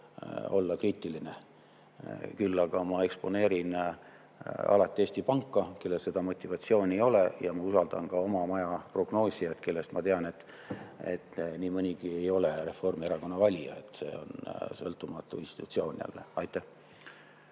olla kriitiline. Küll aga ma eksponeerin alati Eesti Panka, kellel seda motivatsiooni ei ole, ja ma usaldan ka oma maja prognoosijaid, kelle puhul ma tean, et nii mõnigi ei ole Reformierakonna valija. See on sõltumatu institutsioon. Aitäh!